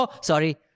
Sorry